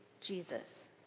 Jesus